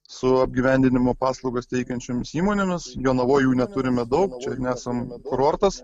su apgyvendinimo paslaugas teikiančiomis įmonėmis jonavoj jų neturime daug čia nesam kurortas